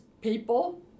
people